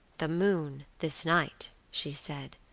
the moon, this night, she said,